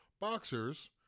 boxers